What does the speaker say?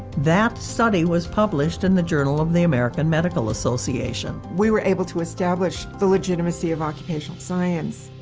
that study was published in the journal of the american medical association. we were able to establish the legitimacy of occupational science.